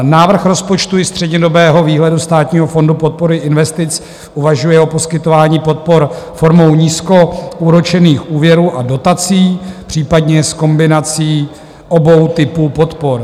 Návrh rozpočtu i střednědobého výhledu Státního fondu podpory investic uvažuje o poskytování podpor formou nízkoúročených úvěrů a dotací, případně s kombinací obou typů podpor.